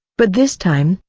but this time,